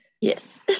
Yes